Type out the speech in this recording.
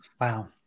Wow